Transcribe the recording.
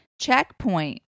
checkpoint